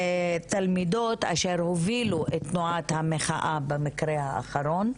תלמידות אשר הובילו את תנועת המחאה במקרה האחרון.